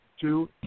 two